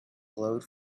glowed